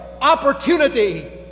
opportunity